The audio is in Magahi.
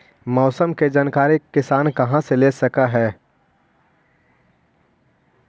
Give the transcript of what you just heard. मौसम के जानकारी किसान कहा से ले सकै है?